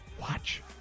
Watch